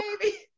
baby